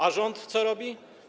A rząd co robi?